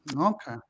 Okay